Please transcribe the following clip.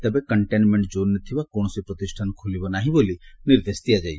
ତେବେ କଣ୍ଟେନ୍ମେଷ୍ଟ୍ ଜୋନ୍ରେ ଥିବା କୌଣସି ପ୍ରତିଷ୍ଠାନ ଖୋଲିବ ନାହିଁ ବୋଲି ନିର୍ଦ୍ଦେଶ ଦିଆଯାଇଛି